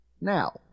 Now